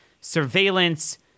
surveillance